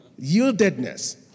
Yieldedness